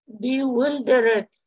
Bewildered